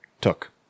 took